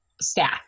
staff